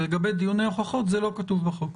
ולגבי דיוני הוכחות, זה לא כתוב בחוק.